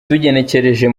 tugenekereje